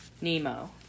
Nemo